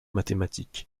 mathématique